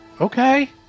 okay